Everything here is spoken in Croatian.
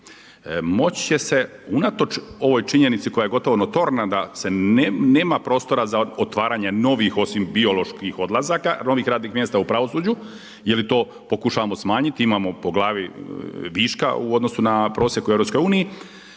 Moći će se unatoč ovoj činjenici koja je gotovo notrona da se nema prostora za otvaranje novih osim bioloških odlazaka, novih radnih mjesta u pravosuđu …/Govornik se ne razumije./… i to pokušavamo smanjiti, imamo po glavi viška u odnosu na prosjek u EU.